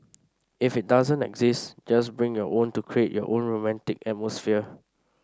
if it doesn't exist just bring your own to create your own romantic atmosphere